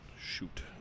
shoot